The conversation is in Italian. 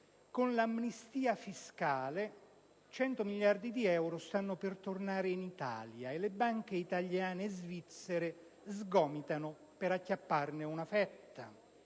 «Con l'amnistia fiscale, 100 miliardi di euro stanno per tornare in Italia e le banche italiane e svizzere sgomitano per acchiapparne una fetta.